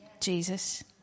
Jesus